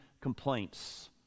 complaints